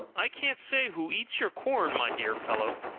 i can't say who eats your corn, my dear fellow,